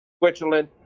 Switzerland